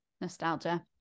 nostalgia